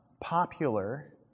popular